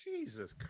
Jesus